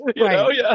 Right